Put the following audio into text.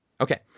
Okay